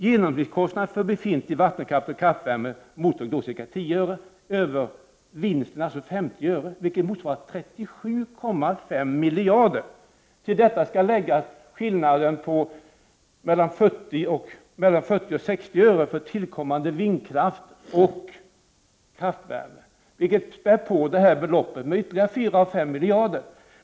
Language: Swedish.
Genomsnittskostnaden för befintlig vattenkraft, kraftvärme och mottryck är ca 10 öre. Vinsten är då 50 öre per kilowattimme, vilket motsvarar 37,5 miljarder kronor. Till detta skall läggas en vinst på ca 40-60 öre per kilowattimme från tillkommande vindkraft och kraftvärme, vilket späder på detta belopp med ytterligare 4-5 miljarder kronor.